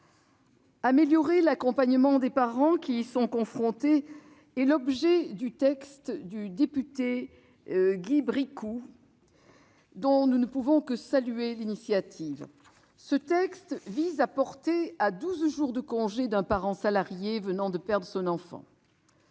Améliorer l'accompagnement des parents qui y sont confrontés est l'objet de la proposition de loi déposée par le député Guy Bricout, dont nous ne pouvons que saluer l'initiative. Ce texte vise à porter à douze jours le congé d'un parent salarié venant de perdre son enfant.